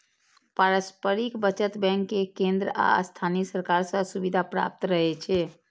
पारस्परिक बचत बैंक कें केंद्र आ स्थानीय सरकार सं सुविधा प्राप्त रहै छै